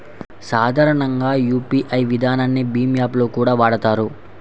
సాధారణంగా యూపీఐ విధానాన్ని భీమ్ యాప్ లో కూడా వాడతారు